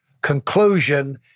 conclusion